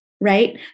right